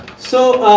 so,